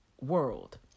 world